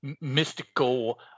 mystical